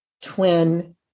twin